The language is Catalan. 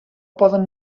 poden